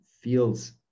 feels